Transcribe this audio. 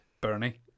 Bernie